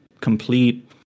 complete